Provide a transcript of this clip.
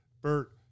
Bert